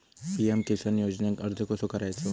PM Kisan योजनेक अर्ज कसो करायचो?